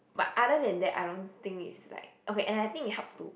but other than that I don't think it's like and I think it helps to